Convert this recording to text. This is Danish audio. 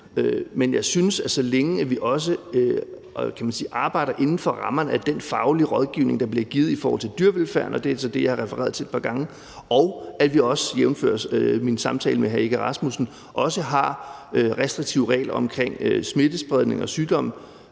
Men jeg synes, at så længe vi arbejder inden for rammerne af den faglige rådgivning, der bliver givet i forhold til dyrevelfærden – og det er så det, jeg har refereret til et par gange – og